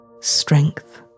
strength